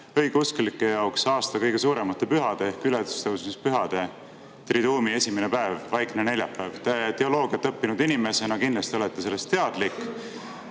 õigeusklike jaoks aasta kõige suuremate pühade ehk ülestõusmispühadetriduum'i esimene päev, vaikne neljapäev. Teoloogiat õppinud inimesena te kindlasti olete sellest teadlik.